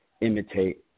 imitate